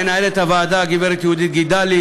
מנהלת הוועדה הגברת יהודית גידלי,